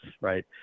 right